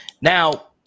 Now